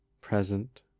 present